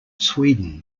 sweden